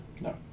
No